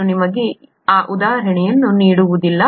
ನಾನು ನಿಮಗೆ ಆ ಉದಾಹರಣೆಯನ್ನು ನೀಡುವುದಿಲ್ಲ